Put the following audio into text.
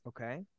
Okay